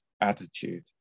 attitude